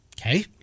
Okay